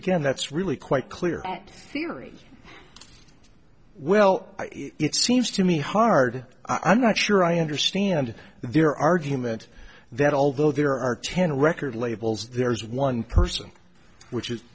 again that's really quite clear that theory well it seems to me hard i'm not sure i understand their argument that although there are ten record labels there's one person which